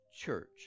church